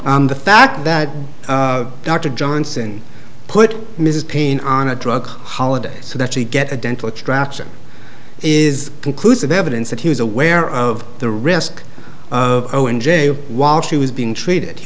the fact that dr johnson put mrs paine on a drug holiday so that she get a dental attraction is conclusive evidence that he was aware of the risk of oh in jail while she was being treated he